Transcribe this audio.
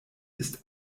ist